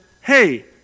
hey